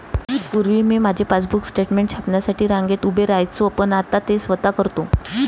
पूर्वी मी माझे पासबुक स्टेटमेंट छापण्यासाठी रांगेत उभे राहायचो पण आता ते स्वतः करतो